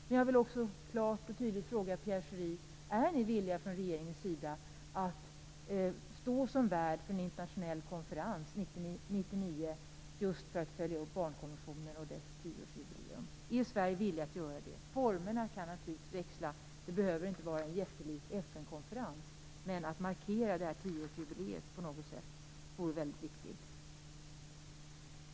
Men jag vill klart och tydligt fråga Pierre Schori: Är ni villiga att från regeringens sida stå som värd för en internationell konferens 1999, just för att följa upp barnkonventionen och dess tioårsjubileum? Är Sverige villigt att göra det? Formerna kan naturligtvis växla. Det behöver inte vara en jättelik FN-konferens. Men det är viktigt att markera detta tioårsjubileum på något sätt.